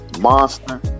Monster